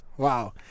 Wow